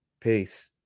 Peace